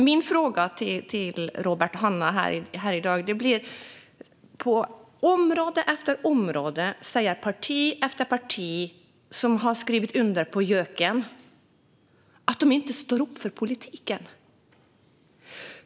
Min fråga till Robert Hannah i dag gäller följande. På område efter område säger parti efter parti som har skrivit under JÖK:en att de inte står upp för politiken.